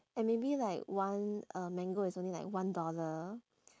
and maybe like one uh mango it's only like one dollar